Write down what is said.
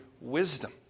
wisdom